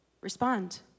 respond